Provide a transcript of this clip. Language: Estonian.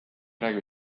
räägib